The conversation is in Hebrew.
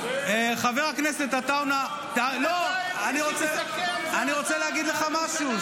--- חבר הכנסת עטאונה ------- אני רוצה להגיד לך משהו,